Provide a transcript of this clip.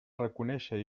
reconéixer